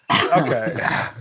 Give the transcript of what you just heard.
Okay